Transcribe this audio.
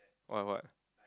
what what